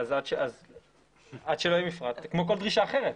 עד שלא יהי המפרט, זה כמו כל דרישה אחרת.